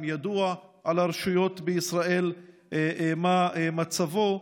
2. האם ידוע לרשויות בישראל מה מצבו,